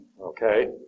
Okay